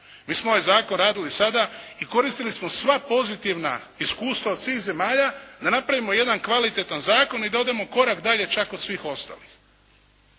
Mi smo ovaj zakon radili sada i koristili smo sva pozitivna iskustva, od svih zemalja da napravimo jedan kvalitetan zakon i da odemo korak dalje čak od svih ostalih,